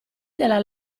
della